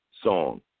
Song